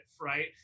right